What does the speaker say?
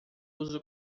uso